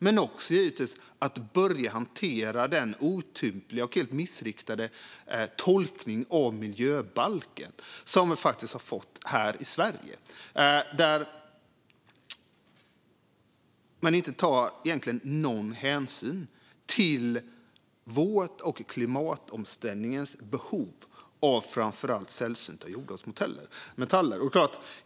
Det gäller också att börja hantera den otympliga och helt missriktade tolkning av miljöbalken som vi har fått här i Sverige, där man inte tar någon hänsyn till vårt och klimatomställningens behov av framför allt sällsynta jordartsmetaller.